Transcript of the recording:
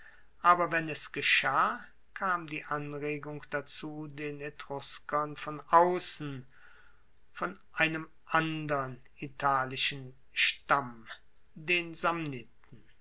aber wenn es geschah kam die anregung dazu den etruskern von aussen von einen andern italischen stamm den